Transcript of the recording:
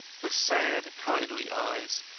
the sad kindly eyes,